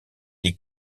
les